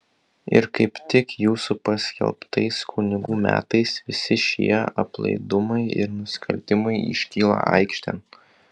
ir kaip tik jūsų paskelbtais kunigų metais visi šie aplaidumai ir nusikaltimai iškyla aikštėn